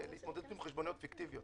בעיצומה של הקורונה.